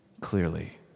clearly